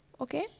Okay